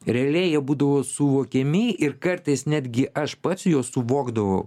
realiai jie būdavo suvokiami ir kartais netgi aš pats juos suvokdavau